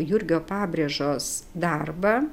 jurgio pabrėžos darbą